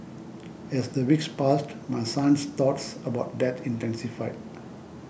as the weeks passed my son's thoughts about death intensified